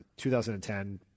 2010